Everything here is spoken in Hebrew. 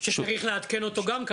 יש שצריך לעדכן אותו גם.